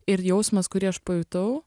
ir jausmas kurį aš pajutau